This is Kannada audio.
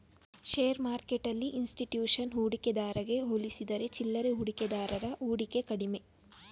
ಶೇರ್ ಮಾರ್ಕೆಟ್ಟೆಲ್ಲಿ ಇನ್ಸ್ಟಿಟ್ಯೂಷನ್ ಹೂಡಿಕೆದಾರಗೆ ಹೋಲಿಸಿದರೆ ಚಿಲ್ಲರೆ ಹೂಡಿಕೆದಾರರ ಹೂಡಿಕೆ ಕಡಿಮೆ